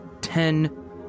Ten